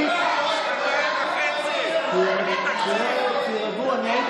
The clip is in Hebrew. אדוני היושב-ראש, קוראים לה מירב בן ארי, אם אתה